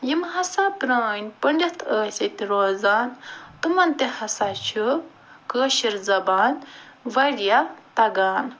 یِم ہسا پرٛٲنۍ پٔنٛڈِت ٲسۍ ییٚتہِ روزان تِمَن تہِ ہسا چھِ کٲشِر زبان واریاہ تگان